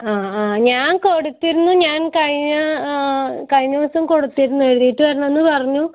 ആ ആ ഞാൻ കൊടുത്തിരുന്നു ഞാൻ കഴിഞ്ഞ കഴിഞ്ഞ ദിവസം കൊടുത്തിരുന്നു എഴുതിയിട്ട് വരണമെന്ന് പറഞ്ഞു